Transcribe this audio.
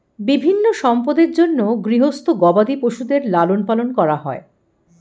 বিভিন্ন সম্পদের জন্যে গৃহস্থ গবাদি পশুদের লালন পালন করা হয়